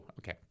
Okay